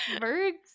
Birds